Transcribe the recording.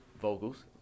vocals